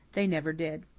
they never did